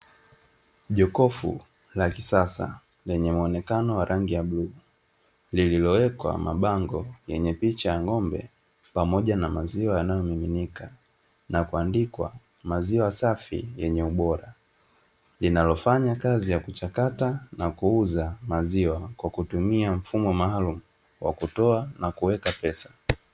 Jokofu la kisasa lenye mwonekano wa rangi ya bluu lililowekwa mabango yenye picha ya ng'ombe pamoja na maziwa yanayomiminika na kuandikwa maziwa safi yenye ubora, linalofanya kazi ya kuchakata na kuuza maziwa kwa kutumia mfumo maalumu wa kutoa na kuweka pesa.